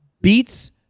beats